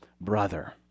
brother